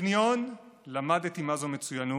בטכניון למדתי מה זו מצוינות.